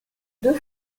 deux